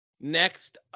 Next